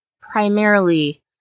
Primarily